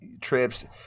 trips